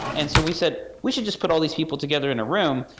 and so we said, we should just put all these people together in a room,